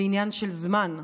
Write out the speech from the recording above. וזה עניין של זמן,